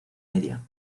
media